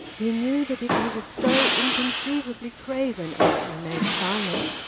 he knew that if he was so inconceivably craven as to remain silent,